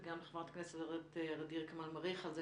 וגם לחברת הכנסת ע'דיר כמאל מריח על זה